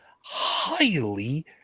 highly